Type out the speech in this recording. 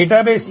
database